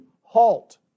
halt